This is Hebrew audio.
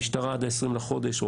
משטרה עד ה-20 בחודש.